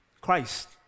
Christ